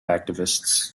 activists